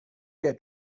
get